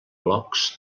blocs